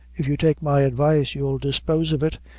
if you take my advice you'll dispose of it,